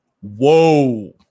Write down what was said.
Whoa